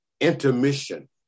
intermission